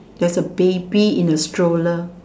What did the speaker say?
there's a baby in a stroller